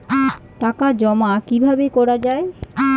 টাকা জমা কিভাবে করা য়ায়?